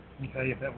okay